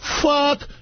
Fuck